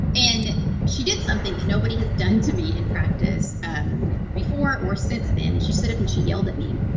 and she did something that nobody has done to me in practice um before or since then. and she stood up and she yelled at me.